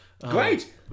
Great